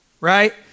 right